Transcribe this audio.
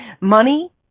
Money